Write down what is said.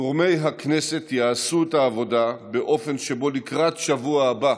גורמי הכנסת יעשו את העבודה באופן שבו לקראת השבוע הבא